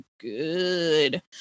good